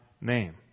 name